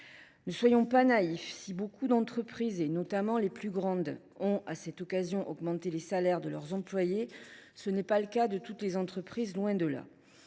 Ne soyons pas naïfs : si beaucoup d’entreprises, notamment les plus grandes, ont, à cette occasion, augmenté les salaires de leurs employés, ce n’est pas le cas de toutes, loin de là